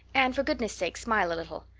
anne, for goodness sake smile a little.